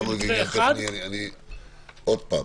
עוד פעם.